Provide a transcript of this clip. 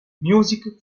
music